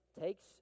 takes